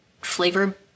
flavor